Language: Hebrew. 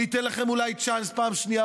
ניתן לכם אולי צ'אנס פעם שנייה,